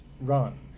run